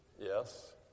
Yes